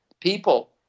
people